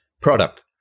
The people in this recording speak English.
product